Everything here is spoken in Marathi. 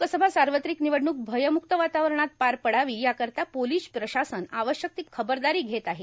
लोकसभा सावत्रिक र्भिनवडणूक भयम्क्त वातावरणात पार पडावी यार्कारता पोलोस प्रशासन आवश्यक ती खबरदारों घेत आहे